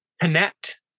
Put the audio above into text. connect